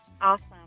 Awesome